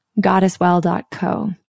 goddesswell.co